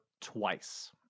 twice